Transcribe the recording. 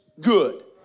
good